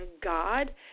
God